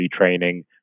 retraining